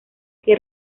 que